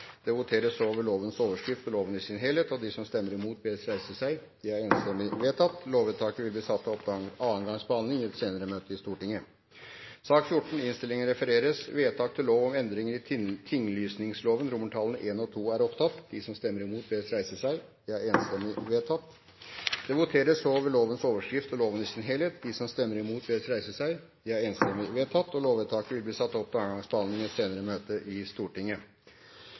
Det voteres over lovens overskrift og loven i sin helhet. Lovvedtaket vil bli satt opp til andre gangs behandling i et senere møte i Stortinget. Det voteres over lovens overskrift og loven i sin helhet. Lovvedtaket vil bli satt opp til andre gangs behandling i et senere møte i Stortinget.